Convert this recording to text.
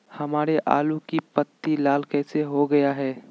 हमारे आलू की पत्ती लाल कैसे हो गया है?